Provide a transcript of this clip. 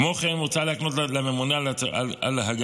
כמו כן, מוצע להסמיך את הממונה להטיל על עוסקים